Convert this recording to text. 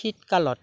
শীতকালত